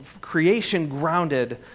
creation-grounded